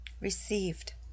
received